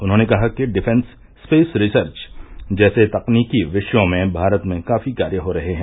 उन्होंने कहा कि डिफेंस स्पेस रिसर्च जैसे तकनीकी विषयों में भारत में काफी कार्य हो रहे हैं